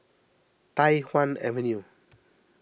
Tai Hwan Avenue